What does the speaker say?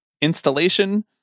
installation